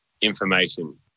information